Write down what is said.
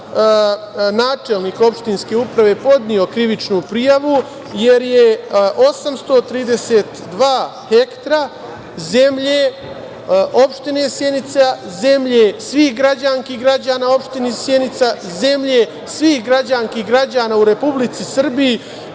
načelnik opštinske uprave je podneo krivičnu prijavu, jer je 832 hektara zemlje Opštine Sjenica, zemlje svih građanki i građana Opštine Sjenica,